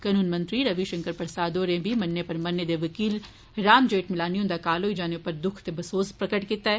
कनून मंत्री रवि शंकर प्रसाद होरें बी मन्ने परमन्ने दे वकील राम जेठमिलानी हुन्दा काल होई जाने उप्पर दुख ते बसोस जाहिर कीता ऐ